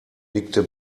nickte